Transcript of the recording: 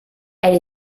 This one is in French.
elle